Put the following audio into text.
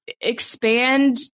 expand